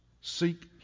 seek